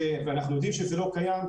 ואנחנו יודעים שזה לא קיים,